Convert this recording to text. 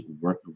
work